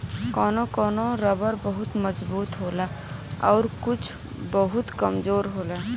कौनो कौनो रबर बहुत मजबूत होला आउर कुछ बहुत कमजोर होला